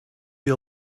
you